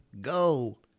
Go